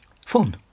Fun